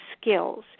skills